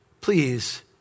please